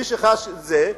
מי שחש את זה,